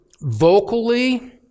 vocally